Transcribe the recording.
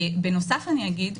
בנוסף אני אגיד,